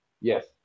yes